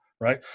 right